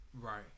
Right